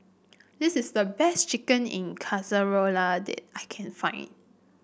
this is the best Chicken in Casserole that I can find